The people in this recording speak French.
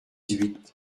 huit